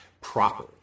proper